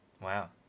Wow